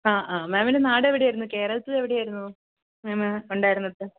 ആ ആ മാമിൻറ്റെ നാടെവിടായിരുന്നു കേരളത്തിലെവിടായിരുന്നു മാമ് ഉണ്ടായിരുന്നത്